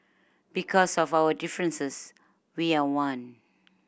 because of our differences we are one